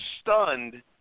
stunned